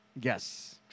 Yes